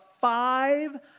five